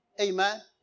Amen